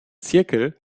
zirkel